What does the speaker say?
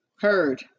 heard